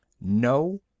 no